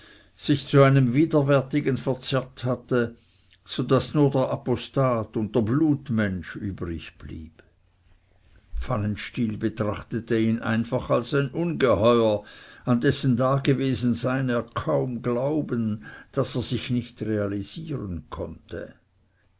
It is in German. sich zu einem widerwärtigen verzerrt hatte so daß nur der apostat und der blutmensch übrigblieb pfannenstiel betrachtete ihn einfach als ein ungeheuer an dessen dagewesensein er kaum glauben das er sich nicht realisieren konnte